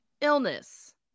Illness